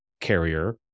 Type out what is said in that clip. carrier